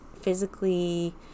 physically